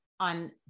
on